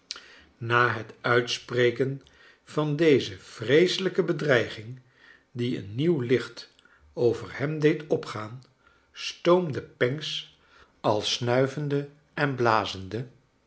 na het uitspreken van deze vreeselijke bedreiging die een nieuw licht over hem deed opgaan stoomde pancks al snuivende en blazende